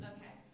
Okay